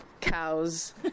cows